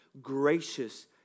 gracious